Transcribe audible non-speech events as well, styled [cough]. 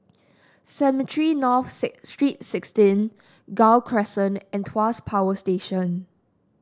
Cemetry North [unintelligible] Street sixteen Gul Crescent and Tuas Power Station